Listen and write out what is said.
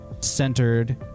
centered